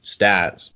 stats